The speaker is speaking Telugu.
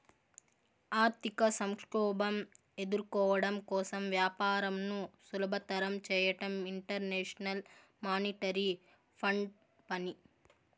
ఆర్థిక సంక్షోభం ఎదుర్కోవడం కోసం వ్యాపారంను సులభతరం చేయడం ఇంటర్నేషనల్ మానిటరీ ఫండ్ పని